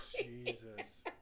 Jesus